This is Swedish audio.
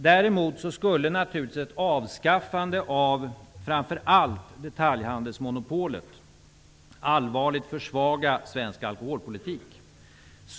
Däremot skulle naturligtvis ett avskaffande av framför allt detaljhandelsmonopolet allvarligt försvaga svensk alkoholpolitik.